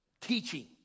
teaching